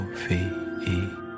O-V-E